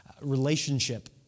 relationship